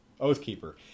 Oathkeeper